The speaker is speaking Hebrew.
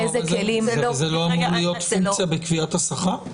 זאת לא אמורה להיות פונקציה בקביעת השכר?